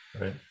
right